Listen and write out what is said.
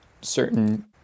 certain